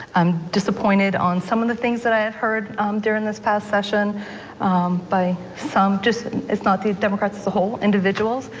i'm disappointed on some of the things that i have heard during this past session by some just, it's not the democrats the whole individuals,